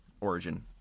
Origin